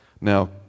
Now